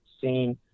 seen